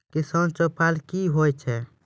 किसान चौपाल क्या हैं?